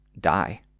die